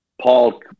Paul